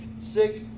sick